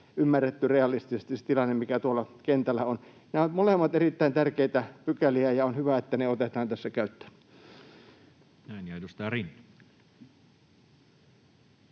ymmärretty realistisesti se tilanne, mikä tuolla kentällä on. Nämä ovat molemmat erittäin tärkeitä pykäliä, ja on hyvä, että ne otetaan tässä käyttöön. [Speech 10]